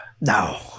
No